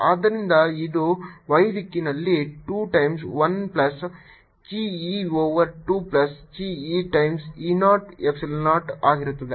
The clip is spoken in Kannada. ಆದ್ದರಿಂದ ಇದು y ದಿಕ್ಕಿನಲ್ಲಿ 2 times 1 plus chi e over 2 plus chi e times E 0 epsilon 0 ಆಗಿರುತ್ತದೆ